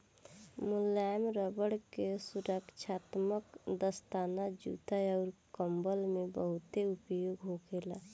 मुलायम रबड़ के सुरक्षात्मक दस्ताना, जूता अउर कंबल में बहुत उपयोग होखेला